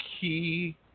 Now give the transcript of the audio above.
key